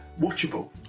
watchable